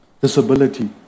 disability